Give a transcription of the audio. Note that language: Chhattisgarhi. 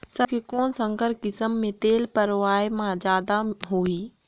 सरसो के कौन संकर किसम मे तेल पेरावाय म जादा होही?